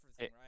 right